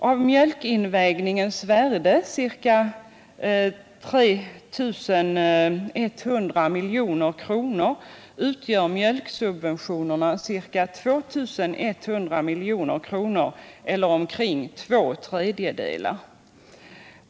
Av mjölkinvägningens värde på ca 3 100 milj.kr. utgör mjölksubventionerna ca 2 100 milj.kr., eller omkring två tredjedelar.